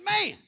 man